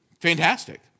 fantastic